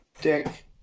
dick